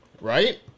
right